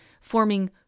forming